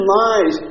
lies